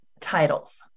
titles